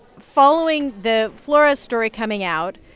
following the flores story coming out,